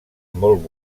molt